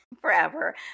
forever